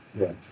Yes